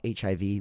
HIV